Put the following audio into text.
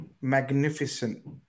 magnificent